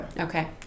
okay